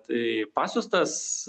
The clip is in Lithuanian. tai pasiųstas